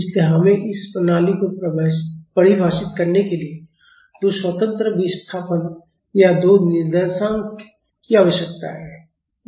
इसलिए हमें इस प्रणाली को परिभाषित करने के लिए दो स्वतंत्र विस्थापन या दो निर्देशांक की आवश्यकता है